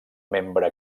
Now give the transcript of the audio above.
membre